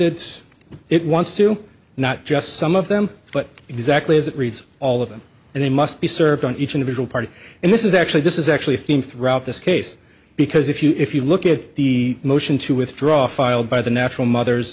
says it wants to not just some of them but exactly as it reads all of them and they must be served on each individual part and this is actually this is actually a theme throughout this case because if you if you look at the motion to withdraw filed by the natural mother